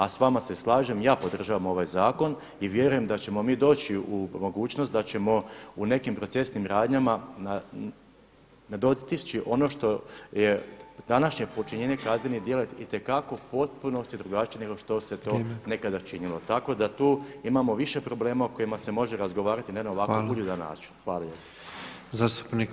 A s vama se slažem, ja podržavam ovaj zakon i vjerujem da ćemo mi doći u mogućnost da ćemo u nekim procesnim radnjama dostići ono što je današnje počinjenje kaznenih djela itekako u potpunosti drugačije nego što se to nekada činilo [[Upadica Petrov: Vrijeme.]] Tako da tu imamo više problema o kojima se može razgovarati, na jedan ovako uljudan način.